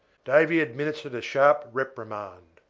davy administered a sharp reprimand.